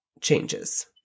changes